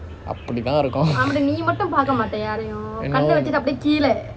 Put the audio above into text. அப்படி தான் இருக்கும்:appadi thaan irukkum